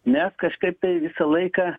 ne kažkaip tai visą laiką